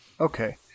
Okay